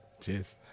Cheers